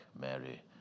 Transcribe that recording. Mary